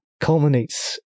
culminates